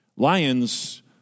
Lions